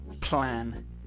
plan